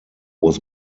was